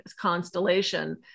constellation